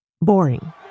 boring